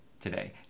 Today